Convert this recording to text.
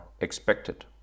expected